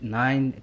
nine